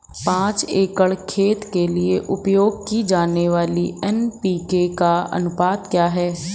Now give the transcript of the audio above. पाँच एकड़ खेत के लिए उपयोग की जाने वाली एन.पी.के का अनुपात क्या है?